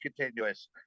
continuous